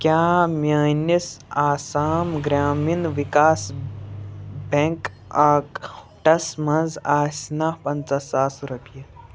کیٛاہ میٛٲنِس آسام گرٛامیٖن وِکاس بٮ۪نٛک آکٹَس منٛز آسہِ نا پَنٛژاہ ساس رۄپیہِ